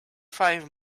five